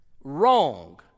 wrong